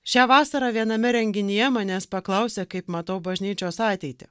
šią vasarą viename renginyje manęs paklausė kaip matau bažnyčios ateitį